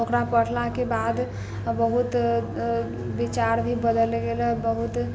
ओकरा पढ़लाके बाद बहुत विचार भी बदलि गेलै बहुत